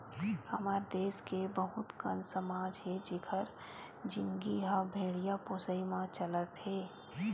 हमर देस के बहुत कन समाज हे जिखर जिनगी ह भेड़िया पोसई म चलत हे